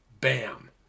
Bam